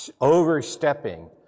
overstepping